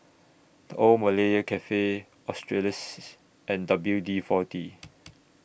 The Old Malaya Cafe Australis and W D forty